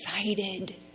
excited